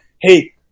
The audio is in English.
hey